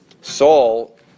Saul